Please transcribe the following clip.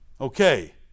Okay